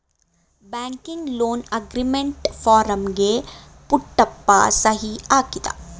banking loan agreement ಫಾರಂಗೆ ಪುಟ್ಟಪ್ಪ ಸಹಿ ಹಾಕಿದ